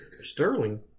Sterling